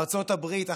ארצות הברית,